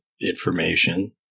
information